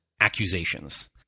accusations